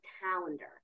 calendar